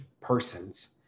persons